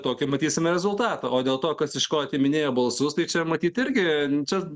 tokį matysime rezultatą o dėl to kas iš ko atiminėja balsus tai čia matyt irgi čia